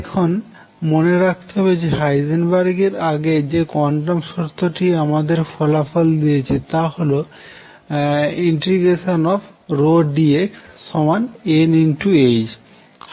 এখন মনে রাখতে হবে যে হাইজেনবার্গের আগে যে কোয়ান্টাম শর্তটি আমাদের ফলাফল দিয়েছে তা হলো ∫pdx nh